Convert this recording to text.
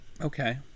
Okay